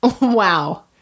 Wow